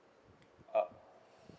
uh